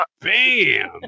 Bam